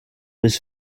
was